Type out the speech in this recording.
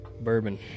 bourbon